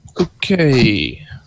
Okay